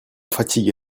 fatigue